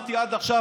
שאמרתי עד עכשיו,